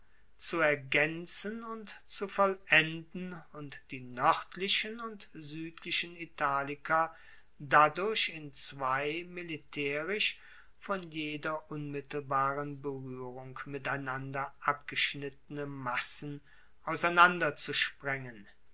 zu ergaenzen und zu vollenden und die noerdlichen und suedlichen italiker dadurch in zwei militaerisch von jeder unmittelbaren beruehrung miteinander abgeschnittene massen